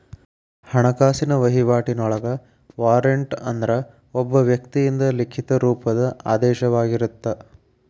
ಹಣಕಾಸಿನ ವಹಿವಾಟಿನೊಳಗ ವಾರಂಟ್ ಅಂದ್ರ ಒಬ್ಬ ವ್ಯಕ್ತಿಯಿಂದ ಲಿಖಿತ ರೂಪದ ಆದೇಶವಾಗಿರತ್ತ